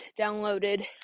downloaded